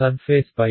సర్ఫేస్పై